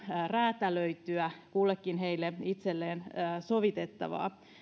räätälöityä kullekin heille itselleen sovitettavaa